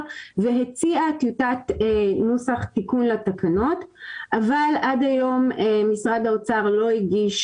והציעה טיוטת תיקון נוסח לתקנות אבל עד היום משרד האוצר לא הגיש